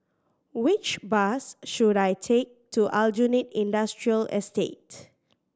which bus should I take to Aljunied Industrial Estate